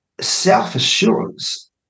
self-assurance